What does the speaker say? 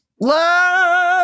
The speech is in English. Love